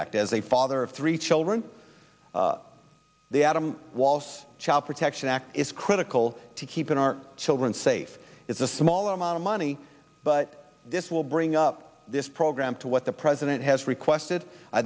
act as a father of three children the adam walsh child protection act is critical to keeping our children safe is a small amount of money but this will bring up this program to what the president has requested i